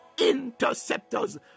Interceptors